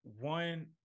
One